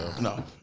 No